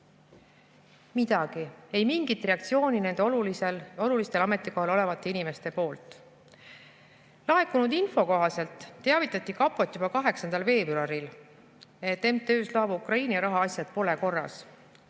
Midagi, ei mingit reaktsiooni nende olulisel ametikohal olevate inimeste poolt! Laekunud info kohaselt teavitati kapot juba 8. veebruaril, et MTÜ Slava Ukraini rahaasjad pole korras.